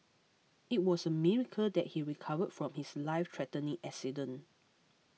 it was a miracle that he recovered from his lifethreatening accident